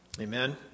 amen